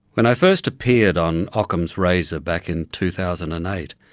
when i first appeared on ockham's razor back in two thousand and eight,